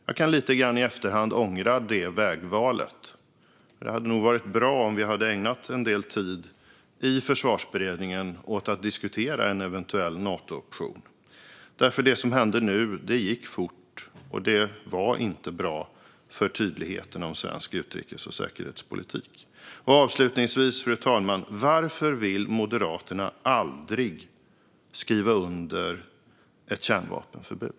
Jag kan i efterhand ångra det vägvalet lite grann. Det hade nog varit bra om vi hade ägnat en del tid i Försvarsberedningen åt att diskutera en eventuell Natooption. Det som hände nu gick fort, och det var inte bra för tydligheten om svensk utrikes och säkerhetspolitik. Avslutningsvis, fru talman: Varför vill Moderaterna aldrig skriva under ett kärnvapenförbud?